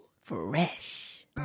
Fresh